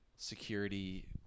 Security